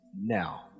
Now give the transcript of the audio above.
now